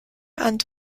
and